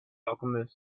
alchemist